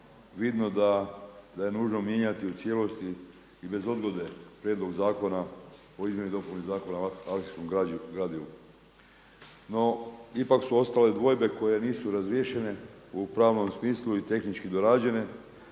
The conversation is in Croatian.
vidno da je nužno mijenjati u cijelosti i bez odgode Prijedlog zakona o izmjeni i dopuni Zakona o arhivskom gradivu. No ipak su ostale dvojbe koje nisu razriješene u pravnom smislu i tehnički dorađene